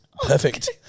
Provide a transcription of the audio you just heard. Perfect